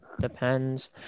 Depends